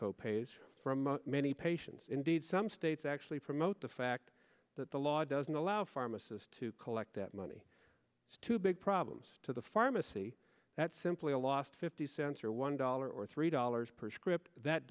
co pays from many patients indeed some states actually promote the fact that the law doesn't the pharmacist to collect that money to big problems to the pharmacy that's simply a lost fifty cents or one dollar or three dollars per script that